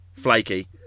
Flaky